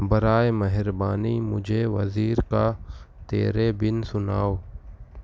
برائے مہربانی مجھے وزیر کا تیرے بن سناؤ